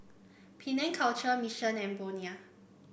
Penang Culture Mission and Bonia